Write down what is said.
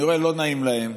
אני רואה, לא נעים להם.